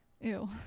Ew